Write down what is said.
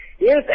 Yes